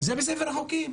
זה בספר החוקים.